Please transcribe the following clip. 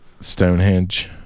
stonehenge